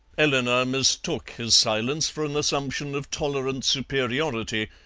eleanor mistook his silence for an assumption of tolerant superiority,